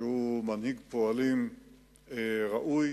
שהוא מנהיג פועלים ראוי,